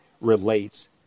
relates